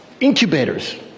incubators